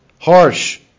harsh